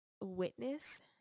witness